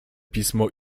pismo